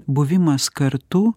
buvimas kartu